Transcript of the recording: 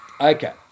Okay